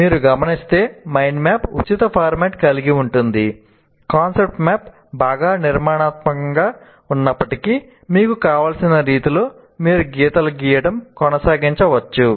మీరు గమనిస్తే mind map ఉచిత ఫార్మాట్ కలిగి ఉంటుంది కాన్సెప్ట్ మ్యాప్ బాగా నిర్మాణాత్మకంగా ఉన్నప్పటికీ మీకు కావలసిన రీతిలో మీరు గీతలు గీయడం కొనసాగించవచ్చు